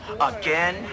again